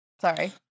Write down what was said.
Sorry